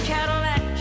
Cadillac